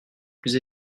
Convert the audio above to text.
plus